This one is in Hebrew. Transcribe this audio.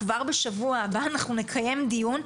כבר בשבוע הבא אנחנו נקיים דיון,